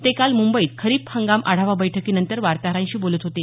ते काल मुंबईत खरीप हंगाम आढावा बैठकीनंतर वार्ताहरांशी बोलत होते